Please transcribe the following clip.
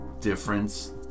difference